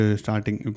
starting